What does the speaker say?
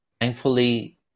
thankfully